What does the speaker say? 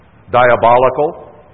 diabolical